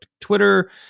Twitter